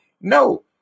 No